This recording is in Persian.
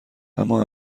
اما